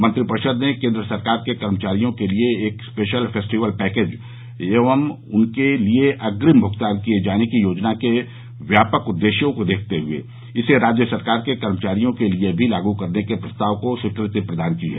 मंत्रिपरिषद ने केन्द्र सरकार के कर्मचारियों के लिए एक स्पेशल फेस्टिवल पैंकेज एवं उसके लिए अग्रिम भूगतान किये जाने की योजना के व्यापक उद्देश्यों को देखते हुए इसे राज्य सरकार के कर्मचारियों के लिए भी लागू करने के प्रस्ताव को स्वीकृति प्रदान की है